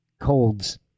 colds